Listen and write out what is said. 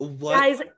Guys